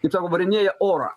kaip sako varinėja orą